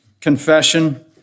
confession